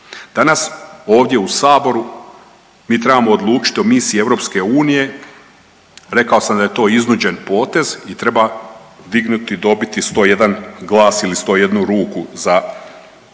Danas ovdje u saboru mi trebamo odlučiti o misiji EU, rekao sam da je to iznuđen potez i treba dignuti, dobiti 101 glas ili 101 ruku za to.